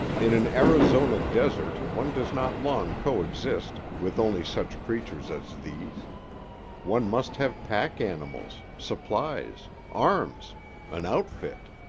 in an arizona desert one does not long coexist with only such creatures as these one must have pack animals, supplies, arms an outfit.